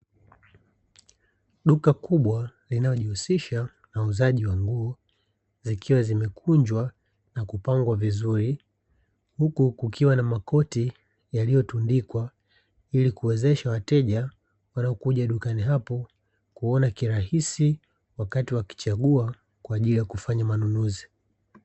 Duka kubwa linalojihusisha na uuzaji wa nguo, zikiwa zimekunjwa na kupangwa vizuri, huku kukiwa na makoti yaliyotundikwa ili kuwezesha wateja wanaokuja dukani hapo kuona kirahisi wakati wakichagua kwa ajili ya kufanya manunuzi.